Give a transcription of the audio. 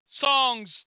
Songs